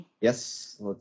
Yes